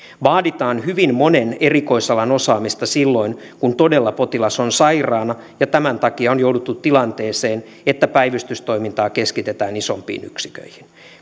vaaditaan hyvin monen erikois alan osaamista silloin kun todella potilas on sairaana ja tämän takia on jouduttu tilanteeseen että päivystystoimintaa keskitetään isompiin yksiköihin